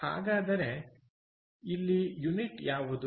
ಹಾಗಾದರೆ ಇಲ್ಲಿ ಯೂನಿಟ್ ಯಾವುದು